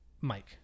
Mike